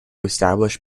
establish